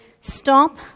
stop